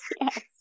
yes